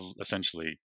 essentially